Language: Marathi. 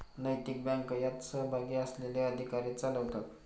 नैतिक बँक यात सहभागी असलेले अधिकारी चालवतात